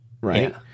right